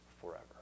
Forever